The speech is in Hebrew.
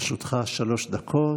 לרשותך שלוש דקות.